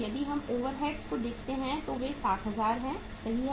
यदि आप ओवरहेड्स को देखते हैं तो वे 60000 है सही हैं